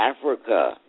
Africa